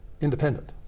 independent